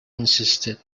insisted